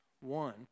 one